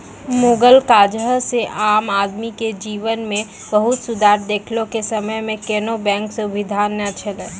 मुगल काजह से आम आदमी के जिवन मे बहुत सुधार देखे के समय मे कोनो बेंक सुबिधा नै छैले